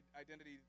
identity